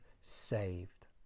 saved